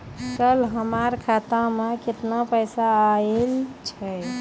कल हमर खाता मैं केतना पैसा आइल छै?